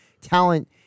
talent